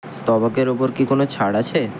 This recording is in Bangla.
স্তবকের ওপর কি কোনো ছাড় আছে